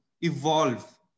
evolve